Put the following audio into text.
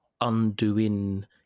undoing